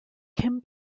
kim